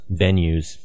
venues